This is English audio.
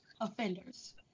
offenders